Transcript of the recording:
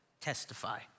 testify